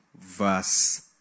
verse